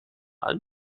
allen